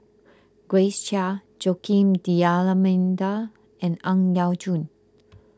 Grace Chia Joaquim D'Almeida and Ang Yau Choon